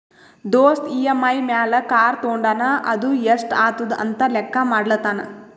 ದೋಸ್ತ್ ಇ.ಎಮ್.ಐ ಮ್ಯಾಲ್ ಕಾರ್ ತೊಂಡಾನ ಅದು ಎಸ್ಟ್ ಆತುದ ಅಂತ್ ಲೆಕ್ಕಾ ಮಾಡ್ಲತಾನ್